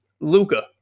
Luca